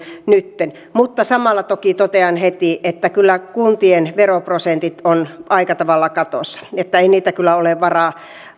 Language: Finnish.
nytten mutta samalla toki totean heti että kyllä kuntien veroprosentit ovat aika tavalla katossa että ei niitä kyllä ole varaa